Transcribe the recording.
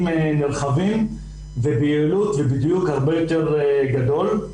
נרחבים בבהירות ובדיוק הרבה יותר גדול.